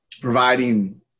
providing